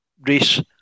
race